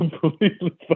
completely